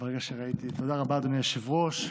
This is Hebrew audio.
תודה רבה, אדוני היושב-ראש.